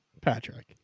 Patrick